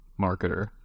marketer